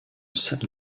salle